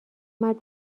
مرد